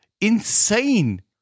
insane